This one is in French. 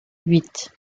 huit